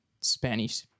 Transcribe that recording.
Spanish